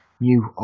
New